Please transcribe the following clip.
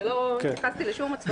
ולא התייחסתי לשום הצבעות של חברת הכנסת.